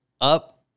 up